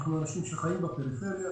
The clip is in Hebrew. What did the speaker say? ואנחנו אנשים שחיים בפריפריה.